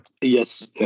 Yes